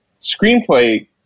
screenplay